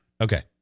Okay